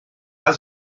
han